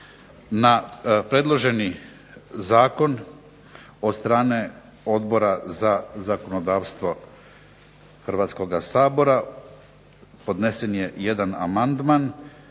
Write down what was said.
Na predloženi zakon od strane Odbora za zakonodavstvo Hrvatskoga sabora podnesen je jedan amandman